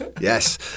Yes